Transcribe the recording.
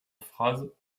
phrases